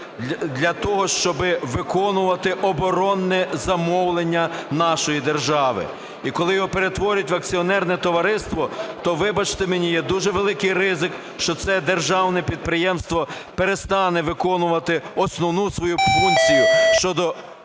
для того, щоби виконувати обронене замовлення нашої держави, і коли його перетворюють в акціонерне товариство, то, вибачте мені, є дуже великий ризик, що це державне підприємство перестане виконувати основну свою функцію